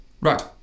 right